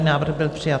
Návrh byl přijat.